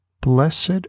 blessed